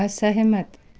असहमत